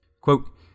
Quote